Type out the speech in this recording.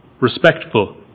respectful